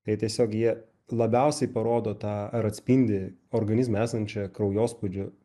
tai tiesiog jie labiausiai parodo tą ar atspindi organizme esančią kraujospūdžio